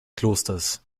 klosters